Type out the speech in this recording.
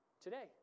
Today